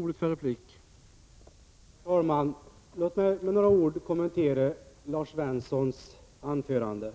Herr talman! Låt mig med några ord kommentera Lars Svenssons anförande.